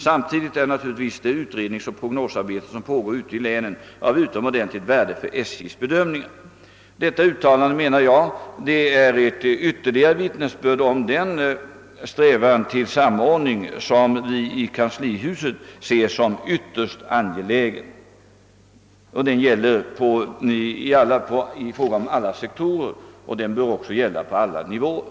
Samtidigt är naturligtvis det utredningsoch prognosarbete som pågår ute i länen av utomordentligt värde för SJ:s bedömningar.» Detta uttalande, menar jag, är ett ytterligare vittnesbörd om den strävan till samordning som vi i kanslihuset ser som ytterst angelägen. Den gäller alla sektorer, och den bör också gälla på alla nivåer.